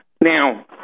Now